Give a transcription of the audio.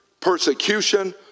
persecution